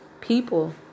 people